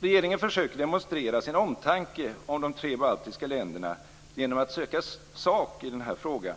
Regeringen försöker demonstrera sin omtanke om de tre baltiska länderna genom att söka sak i den här frågan.